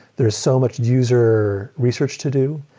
there is so much user research to do.